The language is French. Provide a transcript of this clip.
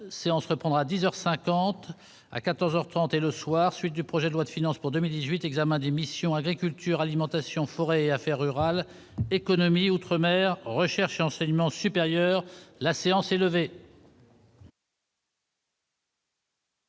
la séance reprendra 10 heures 50 à 14 heures 30 et le soir : suite du projet de loi de finances pour 2018 examen démission Agriculture Alimentation forêt affaires rurales économie outre- mer, recherche et enseignement supérieur, la séance est levée.